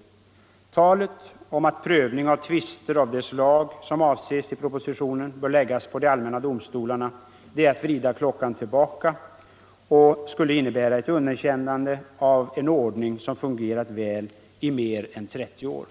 Ett förverkligande av talet om att prövning av tvister av det slag som avses i propositionen bör läggas på de allmänna domstolarna är att vrida klockan tillbaka, och det skulle innebära ett underkännande av en ordning som fungerat väl i mer än 30 år.